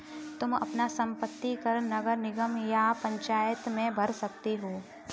तुम अपना संपत्ति कर नगर निगम या पंचायत में भर सकते हो